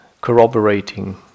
corroborating